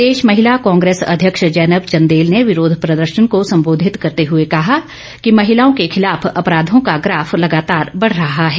प्रदेश महिला कांग्रेस अध्यक्ष जैनब चंदेल ने विरोध प्रदर्शन को संबोधित करते हुए कहा कि महिलाओं के खिलाफ अपराधों का ग्राफ लगातार बढ़ रहा है